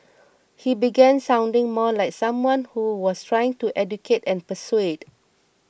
he began sounding more like someone who was trying to educate and persuade